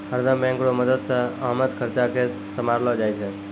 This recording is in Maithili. हरदम बैंक रो मदद से आमद खर्चा के सम्हारलो जाय छै